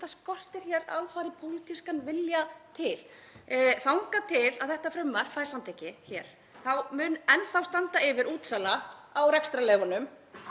það skortir hér alfarið pólitískan vilja til. Þangað til þetta frumvarp fær samþykki hér mun enn þá standa yfir útsala á rekstrarleyfunum.